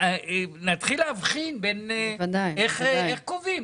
נתחיל להבחין איך קובעים.